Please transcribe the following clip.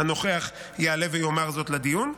הנוכח יעלה ויאמר זאת לדיון.